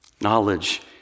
Knowledge